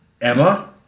Emma